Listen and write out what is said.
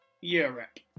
Europe